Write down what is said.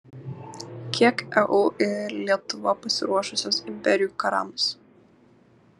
kiek eu ir lietuva pasiruošusios imperijų karams